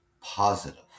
positive